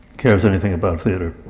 cares anything about theatre,